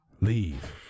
Leave